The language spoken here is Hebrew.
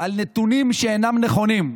על נתונים שאינם נכונים.